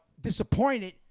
disappointed